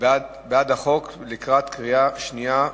בעד החוק לקראת הקריאה השנייה,